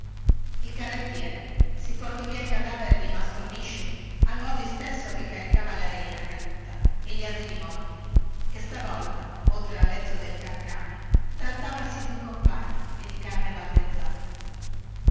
il carrettiere sbarazzò il sotterraneo dal cadavere al modo istesso che lo sbarazzava dalla rena caduta e dagli asini morti chè stavolta oltre al lezzo del carcame cera che il carcame era di carne battezzata